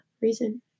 reason